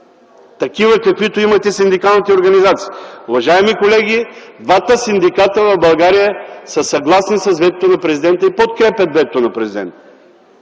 такива, каквито имат и синдикалните организации ... Уважаеми колеги, двата синдиката в България са съгласни с ветото на президента и го подкрепят. Тоест те не са